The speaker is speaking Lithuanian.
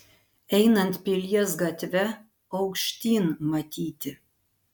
einant pilies gatve aukštyn matyti